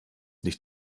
nicht